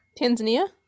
Tanzania